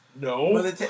No